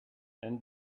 and